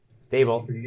stable